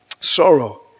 sorrow